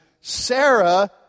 Sarah